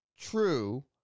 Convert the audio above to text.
true